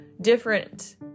different